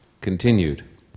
Continued